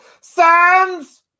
Sands